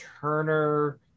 Turner